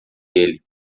ele